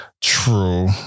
True